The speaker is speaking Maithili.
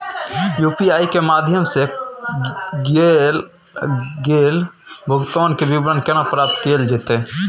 यु.पी.आई के माध्यम सं कैल गेल भुगतान, के विवरण केना प्राप्त कैल जेतै?